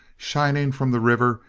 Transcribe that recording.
shining from the river,